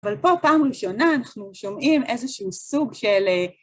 אבל פה פעם ראשונה אנחנו שומעים איזשהו סוג של...